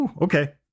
Okay